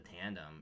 tandem